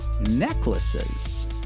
necklaces